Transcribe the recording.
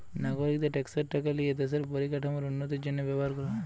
নাগরিকদের ট্যাক্সের টাকা লিয়ে দেশের পরিকাঠামোর উন্নতির জন্য ব্যবহার করা হয়